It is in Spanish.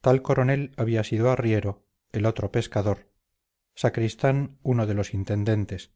tal coronel había sido arriero el otro pescador sacristán uno de los intendentes